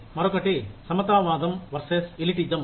మరొకటి సమతావాదం versus elitism